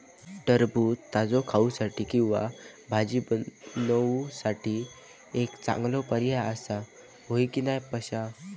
टरबूज ताजो खाऊसाठी किंवा भाजी बनवूसाठी एक चांगलो पर्याय आसा, होय की नाय पश्या?